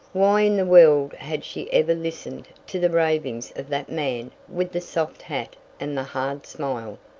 why in the world had she ever listened to the ravings of that man with the soft hat and the hard smile?